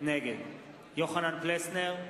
נגד יוחנן פלסנר,